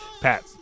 Pat